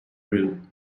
rude